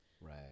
Right